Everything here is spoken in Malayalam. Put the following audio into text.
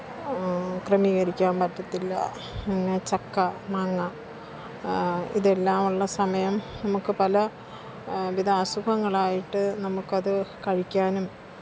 ക്രമീകരിക്കാന് പറ്റത്തില്ല അങ്ങനെ ചക്ക മാങ്ങ ഇതെല്ലാം ഉള്ള സമയം നമുക്ക് പല വിധ അസുഖങ്ങളായിട്ട് നമുക്കത് കഴിക്കാനും